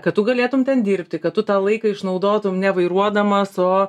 kad tu galėtum ten dirbti kad tu tą laiką išnaudotum ne vairuodamas o